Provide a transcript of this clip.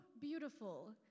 beautiful